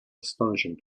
astonishing